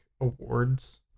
awards